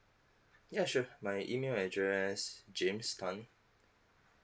ya sure my email address james tan